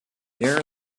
there